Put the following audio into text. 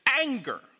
anger